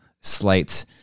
slight